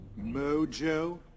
Mojo